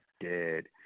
dead